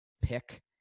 pick